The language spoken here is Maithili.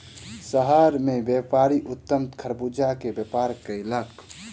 शहर मे व्यापारी उत्तम खरबूजा के व्यापार कयलक